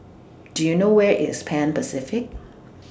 Do YOU know Where IS Pan Pacific